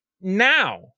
now